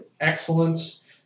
excellence